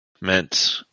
meant